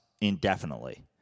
indefinitely